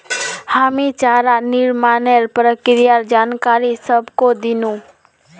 हामी चारा निर्माणेर प्रक्रियार जानकारी सबाहको दिनु